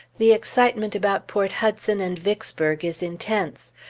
the excitement about port hudson and vicksburg is intense.